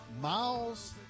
Miles